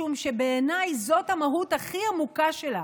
משום שבעיניי, זאת המהות הכי עמוקה שלה,